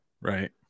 Right